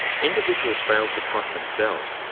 individuals fail to trust themselves,